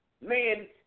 man